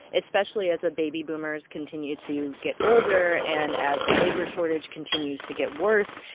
especially as the baby boomers continue to get older and as the labor shortage continues to get worse,